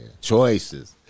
Choices